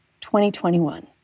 2021